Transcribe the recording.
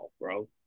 bro